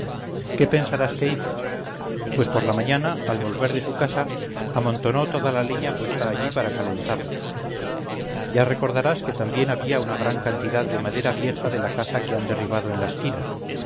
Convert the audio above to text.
qué pensarás que hizo pues por la mañana al volver de su casa amontonó toda la leña puesta allí para calentarnos ya recordarás que también había una gran cantidad de madera vieja de la casa que han derribado en la esquina